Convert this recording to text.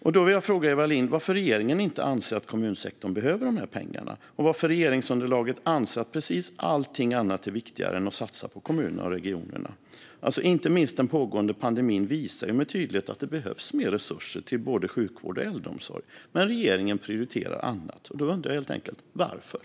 Jag vill fråga Eva Lindh varför regeringen inte anser att kommunsektorn behöver dessa pengar och varför regeringsunderlaget anser att precis allt annat är viktigare än att satsa på kommunerna och regionerna. Inte minst den pågående pandemin visar ju med tydlighet att det behövs mer resurser till både sjukvård och äldreomsorg, men regeringen prioriterar annat. Jag undrar helt enkelt varför.